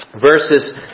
verses